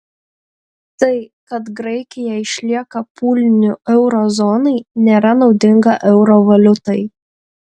tai kad graikija išlieka pūliniu euro zonai nėra naudinga euro valiutai